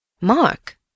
Mark